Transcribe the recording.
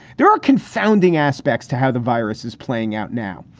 there are confounding aspects to how the virus is playing out now.